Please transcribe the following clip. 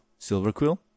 Silverquill